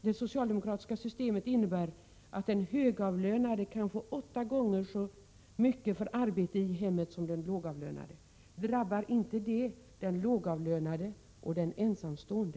Det socialdemokratiska systemet innebär alltså att den högavlönade kan få åtta gånger så mycket för arbete i hemmet som den lågavlönade. Drabbar inte det den lågavlönade och den ensamstående?